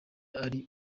ari